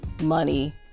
money